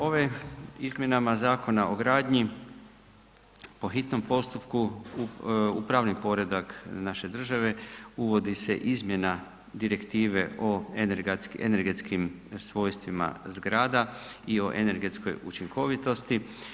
Ovim izmjenama Zakona o gradnji po hitnom postupku u pravni poredak naše države uvodi se izmjena Direktive o energetskim svojstvima zgrada i o energetskoj učinkovitosti.